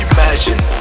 Imagine